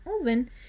oven